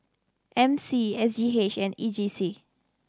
M C S G H and E J C